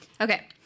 Okay